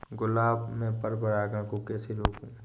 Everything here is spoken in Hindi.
गुलाब में पर परागन को कैसे रोकुं?